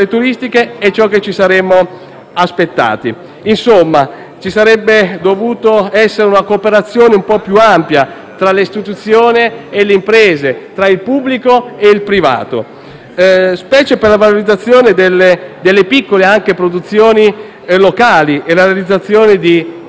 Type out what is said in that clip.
aspettati. Insomma, avrebbe dovuto esserci una cooperazione un po' più ampia tra le istituzioni e le imprese, tra il pubblico e il privato, specie per la valorizzazione anche delle piccole produzioni locali e la realizzazione di rete intelligente.